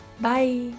Bye